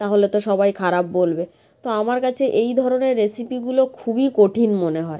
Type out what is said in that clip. তাহলে তো সবাই খারাপ বলবে তো আমার কাছে এই ধরনের রেসিপিগুলো খুবই কঠিন মনে হয়